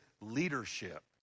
leadership